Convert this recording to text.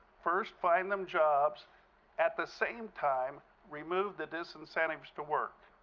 first find them jobs at the same time, remove the disincentives to work.